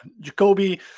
Jacoby